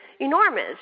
enormous